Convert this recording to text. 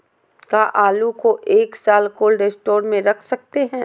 क्या आलू को एक साल कोल्ड स्टोरेज में रख सकते हैं?